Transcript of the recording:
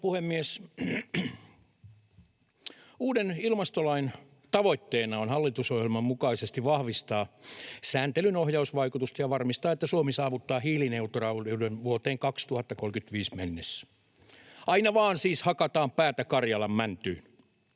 Uuden ilmastolain tavoitteena on hallitusohjelman mukaisesti vahvistaa sääntelyn ohjausvaikutusta ja varmistaa, että Suomi saavuttaa hiilineutraaliuden vuoteen 2035 mennessä. Aina vaan siis hakataan päätä Karjalan mäntyyn.